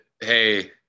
hey